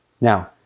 Now